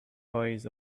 eyes